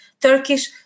Turkish